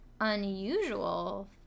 unusual